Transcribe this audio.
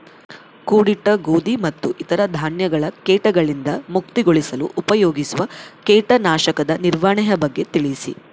ಕೂಡಿಟ್ಟ ಗೋಧಿ ಮತ್ತು ಇತರ ಧಾನ್ಯಗಳ ಕೇಟಗಳಿಂದ ಮುಕ್ತಿಗೊಳಿಸಲು ಉಪಯೋಗಿಸುವ ಕೇಟನಾಶಕದ ನಿರ್ವಹಣೆಯ ಬಗ್ಗೆ ತಿಳಿಸಿ?